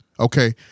Okay